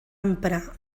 emprar